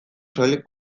soilik